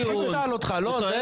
הוא טוען טיעון.